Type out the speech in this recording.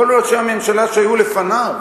כל ראשי הממשלה שהיו לפניו